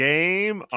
Game